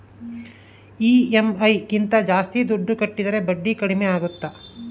EMI ಗಿಂತ ಜಾಸ್ತಿ ದುಡ್ಡು ಕಟ್ಟಿದರೆ ಬಡ್ಡಿ ಕಡಿಮೆ ಆಗುತ್ತಾ?